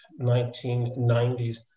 1990s